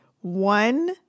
one